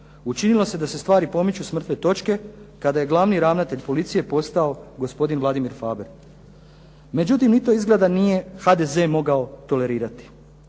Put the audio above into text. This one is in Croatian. Učinilo se da se stvari pomiču s mrtve točke kada je glavni ravnatelj policije postao gospodin Vladimir Faber. Međutim, i to izgleda nije HDZ mogao tolerirati